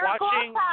watching